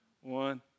One